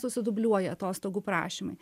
susidubliuoja atostogų prašymai